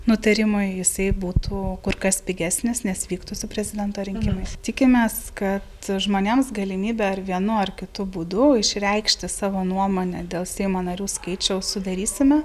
nutarimui jisai būtų kur kas pigesnis nes vyktų su prezidento rinkimais tikimės kad žmonėms galimybė ar vienu ar kitu būdu išreikšti savo nuomonę dėl seimo narių skaičiaus sudarysime